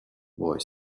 boy